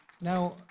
Now